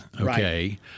Okay